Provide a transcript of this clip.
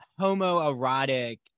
homoerotic